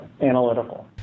analytical